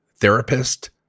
Therapist